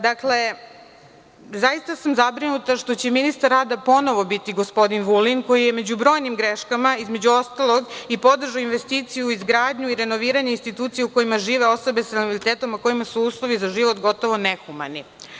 Dakle, zaista sam zabrinuta što će ministar rada ponovo biti gospodin Vulin, koji je među brojnim greškama, između ostalog, i podržao investiciju, izgradnju i renoviranje institucije u kojima žive osobe sa invaliditetom, a kojima su uslovi za život gotovo nehumani.